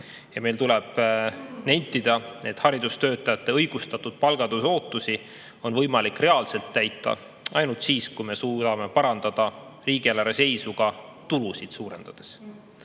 Ja meil tuleb nentida, et haridustöötajate õigustatud palgatõusuootusi on võimalik reaalselt täita ainult siis, kui me suudame parandada riigieelarve seisu ka tulusid suurendades.